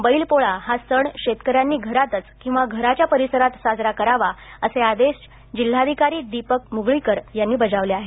बैलपोळा हा सण शेतकऱ्यांनी घरातच किंवा घराच्या परिसरात साजरा करावा असे आदेश जिल्हाधिकारी दिपक मुगळीकर यांनी बजावले आहेत